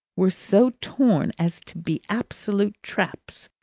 were so torn as to be absolute traps.